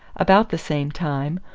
about the same time,